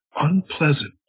Unpleasant